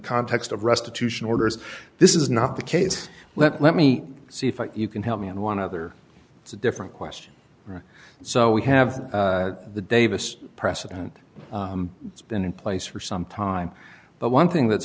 context of restitution orders this is not the case let me see if you can help me and one other it's a different question so we have the davis precedent that's been in place for some time but one thing that's